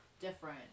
different